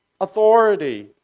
authority